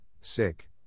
sick